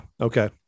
Okay